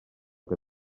que